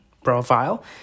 Profile